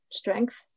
strength